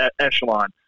echelon